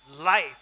life